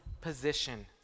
position